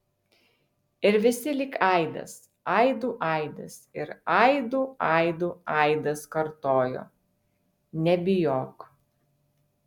ir visi lyg aidas aidų aidas ir aidų aidų aidas kartojo nebijok